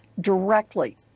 directly